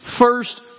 first